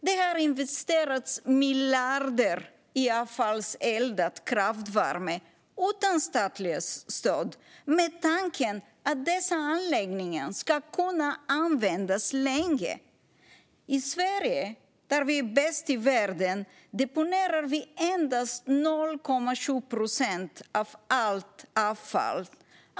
Det har investerats miljarder i avfallseldad kraftvärme utan statligt stöd med tanken att dessa anläggningar ska kunna användas länge. I Sverige, där vi är bäst i världen, deponerar vi endast 0,7 procent av allt avfall.